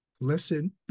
listen